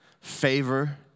favor